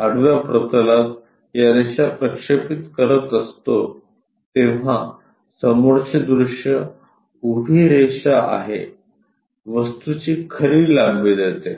आडव्या प्रतलात या रेषा प्रक्षेपित करत असतो तेव्हा समोरचे दृश्य उभी रेषा आहे वस्तूची खरी लांबी देते